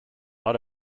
not